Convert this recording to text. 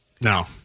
No